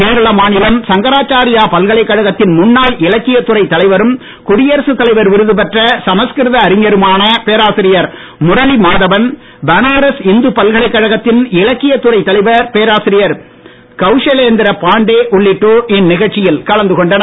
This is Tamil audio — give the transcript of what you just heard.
கேரள மாநிலம் சங்கராச்சாரியா பல்கலைக்கழகத்தின் முன்னாள் இலக்கியத்துறை தலைவரும் குடியரசுத் தலைவர் விருது பெற்ற சமஸ்கிருத அறிஞருமான பேராசிரியர் முரளி மாதவன் பனாரஸ் இந்து பல்கலைக்கழகத்தின் இலக்கியத்துறை தலைவர் பேராசிரியர் கௌஷலேந்திர பாண்டே உள்ளிட்டோர் இந்நிகழ்ச்சியில் கலந்து கொண்டனர்